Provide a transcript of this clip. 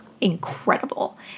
incredible